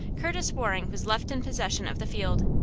curtis waring was left in possession of the field.